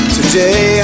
Today